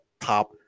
top